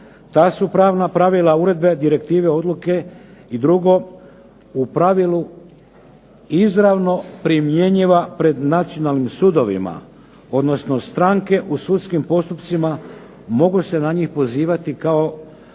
Ta su pravna pravila uredbe, direktive, odluke i drugo u pravilu izravno primjenjiva pred nacionalnim sudovima, odnosno stranke u sudskim postupcima mogu se na njih pozivati kao